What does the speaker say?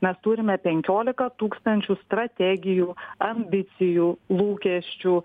mes turime penkiolika tūkstančių strategijų ambicijų lūkesčių